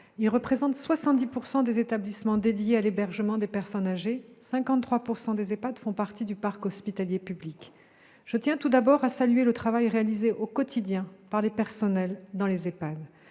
Ils représentent 70 % des établissements dédiés à l'hébergement des personnes âgées, 53 % d'entre eux faisant partie du parc hospitalier public. Je tiens tout d'abord à saluer le travail réalisé au quotidien par les personnels dans les EHPAD.